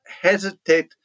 Hesitate